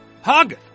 Hug